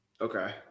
Okay